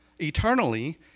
eternally